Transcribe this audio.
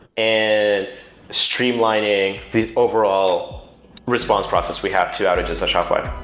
and streamlining the overall response process we have to outages at shopify